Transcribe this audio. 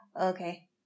Okay